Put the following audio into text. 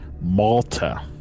Malta